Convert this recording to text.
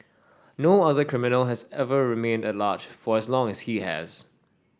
no other criminal has ever remained at large for as long as he has